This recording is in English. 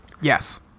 Yes